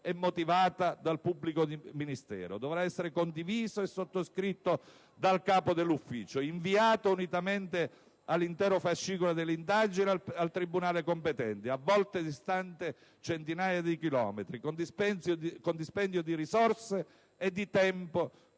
e motivata dal pubblico ministero, dovrà essere condivisa e sottoscritta dal capo dell'ufficio, inviata unitamente all'intero fascicolo delle indagini al tribunale competente, a volte distante centinaia di chilometri, con dispendio di risorse e di tempo